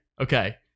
Okay